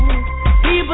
People